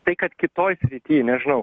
tai kad kitoj srity nežinau